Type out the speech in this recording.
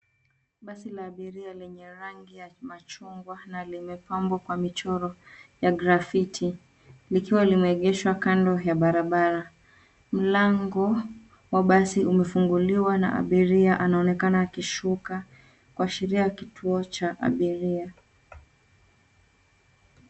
Basi la abiria lenye rangi ya machungwa na limepambwa kwa michoro ya grafiti likiwa limeegeshwa kando ya barabara. Mlango wa basi umefunguliwa na abiria anaonekana akishuka kuashiria kituo cha abiria.